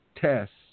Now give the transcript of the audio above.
tests